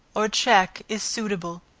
or check is suitable.